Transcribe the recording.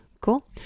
cool